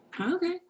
okay